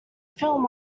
film